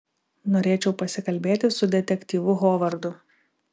norėčiau pasikalbėti su detektyvu hovardu